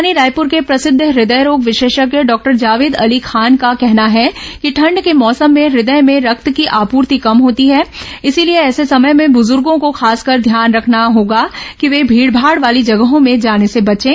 राजधानी रायपुर के प्रसिद्ध हृदयरोग विशेषज्ञ डॉक्टर जावेद अली खान का कहना है कि ठंड के मौसम में हृदय में रक्त की आपूर्ति कम होती है इसलिए ऐसे समय में बुजूर्गों को खासकर ध्यान रखना होगा कि वे भीड़भाड़ वाली जगहों में जाने से बचें